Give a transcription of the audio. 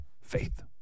Faith